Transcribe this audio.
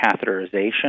catheterization